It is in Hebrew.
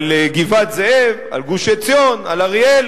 על גבעת-זאב, על גוש-עציון, על אריאל.